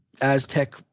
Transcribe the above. Aztec